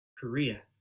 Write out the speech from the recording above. Korea